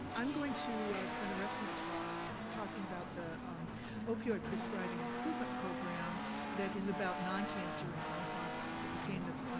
i'm going to spend the rest of my talk talking about the um opioid prescribing improvement program that is about non-cancer, ah so pain that's